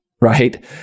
right